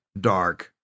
dark